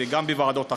וגם בוועדות אחרות,